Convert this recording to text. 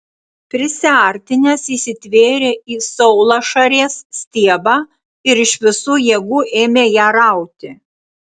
prisiartinęs įsitvėrė į saulašarės stiebą ir iš visų jėgų ėmė ją rauti